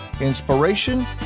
inspiration